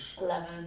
Eleven